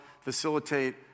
facilitate